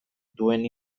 duen